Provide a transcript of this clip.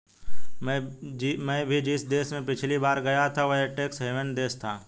मैं भी जिस देश में पिछली बार गया था वह एक टैक्स हेवन देश था